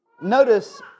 Notice